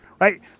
Right